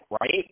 right